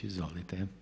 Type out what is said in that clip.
Izvolite.